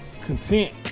content